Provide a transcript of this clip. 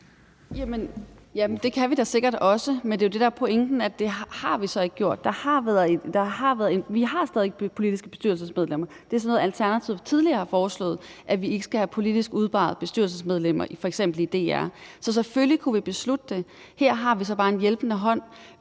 det kan vi da sikkert også, men det er jo det, der er pointen, nemlig at det har vi så ikke gjort. Vi har stadig politisk udpegede bestyrelsesmedlemmer. Det er sådan noget, Alternativet tidligere har foreslået, altså at vi ikke skal have politisk udpegede bestyrelsesmedlemmer f.eks. i DR. Så selvfølgelig kunne vi beslutte det. Her har vi så bare en hjælpende hånd